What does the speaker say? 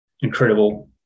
incredible